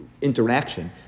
Interaction